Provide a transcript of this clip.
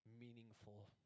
meaningful